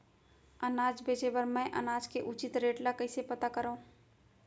अनाज बेचे बर मैं अनाज के उचित रेट ल कइसे पता करो?